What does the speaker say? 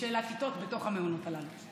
ושל הכיתות בתוך המעונות הללו.